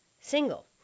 single